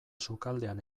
sukaldean